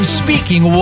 speaking